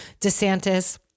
DeSantis